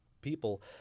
people